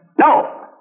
No